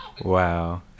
Wow